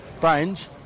Brains